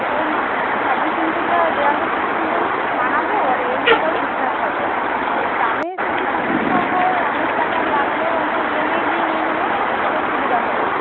ওটাই মা ছাব্বিশ ইঞ্চিটা দেওয়ালে খুব সুন্দর মানাবেও আর এইচিডিটাও ঠিকঠাক হবে আর দামে যদি সমস্যা হয় অনেক টাকা লাগলেও আমরা ইএমআই দিয়ে নিয়ে নেব ওটাতেও সুবিধা হবে